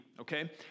okay